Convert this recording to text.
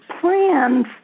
plans